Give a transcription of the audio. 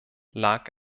lag